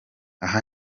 aha